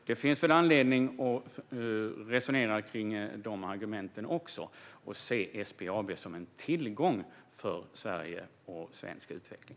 Det finns anledning att resonera kring dessa argument och se SBAB som en tillgång för Sverige och svensk utveckling.